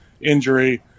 injury